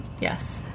Yes